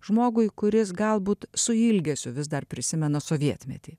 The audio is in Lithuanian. žmogui kuris galbūt su ilgesiu vis dar prisimena sovietmetį